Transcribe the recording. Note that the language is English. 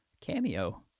cameo